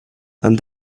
and